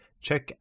Check